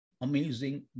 amazing